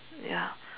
ya